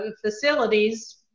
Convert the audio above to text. facilities